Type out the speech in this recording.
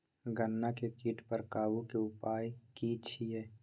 गन्ना के कीट पर काबू के उपाय की छिये?